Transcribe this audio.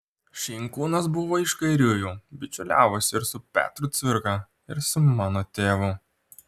šinkūnas buvo iš kairiųjų bičiuliavosi ir su petru cvirka ir su mano tėvu